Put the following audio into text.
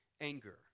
anger